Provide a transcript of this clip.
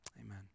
amen